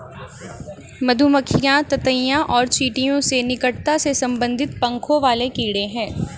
मधुमक्खियां ततैया और चींटियों से निकटता से संबंधित पंखों वाले कीड़े हैं